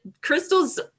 Crystal's